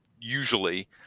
usually